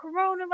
coronavirus